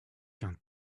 qu’un